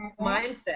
mindset